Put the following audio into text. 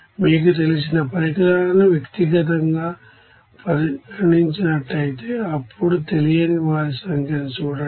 మీకు తెలిసిన పరికరాలను వ్యక్తిగతంగా పరిగణించినట్లయితే ఇప్పుడు తెలియని వారి సంఖ్యను చూడండి